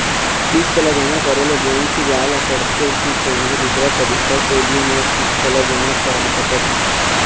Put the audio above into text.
किस्त ला जमा करे ले बैंक ही जाए ला पड़ते कि कोन्हो दूसरा तरीका से भी मोर किस्त ला जमा करा सकत हो?